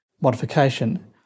modification